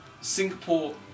Singapore